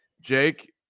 Jake